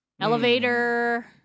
Elevator